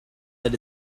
that